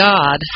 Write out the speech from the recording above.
God